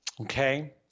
Okay